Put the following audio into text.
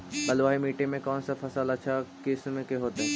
बलुआही मिट्टी में कौन से फसल अच्छा किस्म के होतै?